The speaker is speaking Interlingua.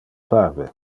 parve